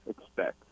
expect